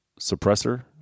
suppressor